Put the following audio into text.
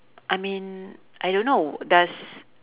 I mean I don't know does